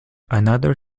another